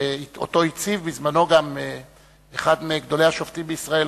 שאותו הציב בזמנו גם אחד מגדולי השופטים בישראל,